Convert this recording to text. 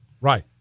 Right